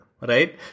right